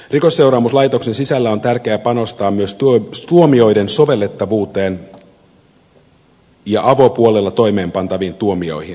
rikosseuraamuslaitoksen sisällä on tärkeää panostaa myös tuomioiden sovellettavuuteen ja avopuolella toimeenpantaviin tuomioihin